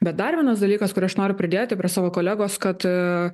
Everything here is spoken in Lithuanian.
bet dar vienas dalykas kurį aš noriu pridėti prie savo kolegos kad